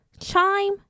Chime